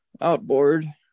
outboard